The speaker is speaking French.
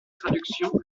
traduction